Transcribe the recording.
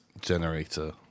generator